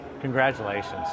Congratulations